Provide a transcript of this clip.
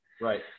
Right